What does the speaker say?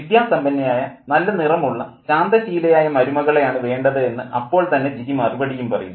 വിദ്യാസമ്പന്നയായ നല്ല നിറമുള്ള ശാന്തശീലയായ മരുമകളെയാണ് വേണ്ടത് എന്ന് അപ്പോൾ തന്നെ ജിജി മറുപടിയും പറയുന്നു